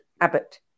Abbott